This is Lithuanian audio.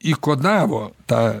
įkodavo tą